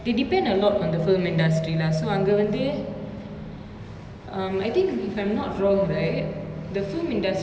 the film industry generates about seventy percent of india's overall like you know revenue so அங்கவந்து:angavanthu